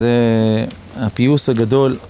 זה הפיוס הגדול